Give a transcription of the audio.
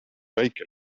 väike